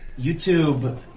YouTube